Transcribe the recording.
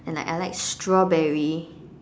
and like I like strawberry